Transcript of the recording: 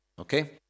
Okay